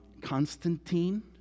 Constantine